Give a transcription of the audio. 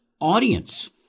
audience